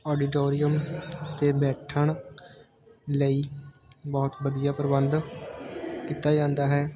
auditorium ਅਤੇ ਬੈਠਣ ਲਈ ਬਹੁਤ ਵਧੀਆ ਪ੍ਰਬੰਧ ਕੀਤਾ ਜਾਂਦਾ ਹੈ